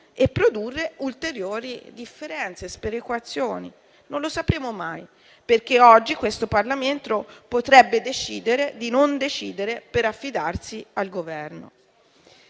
e produrre ulteriori differenze e sperequazioni. Non lo sapremo mai, perché oggi questo Parlamento potrebbe decidere di non decidere, per affidarsi al Governo.